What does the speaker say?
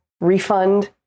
refund